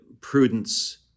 prudence